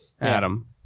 Adam